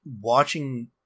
watching